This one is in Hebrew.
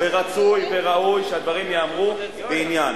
ורצוי וראוי שהדברים ייאמרו בעניין,